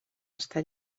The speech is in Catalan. està